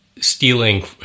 stealing